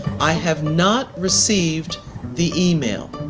i have not received the email.